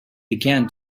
began